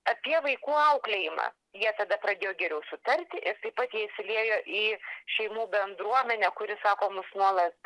apie vaikų auklėjimą jie tada pradėjo geriau sutarti ir taip pat jie įsiliejo į šeimų bendruomenę kuri sako mus nuolat